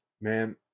Man